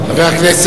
זה סותר את מה שאמרת,